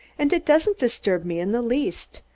and it doesn't disturb me in the least.